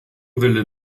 wille